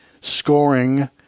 scoring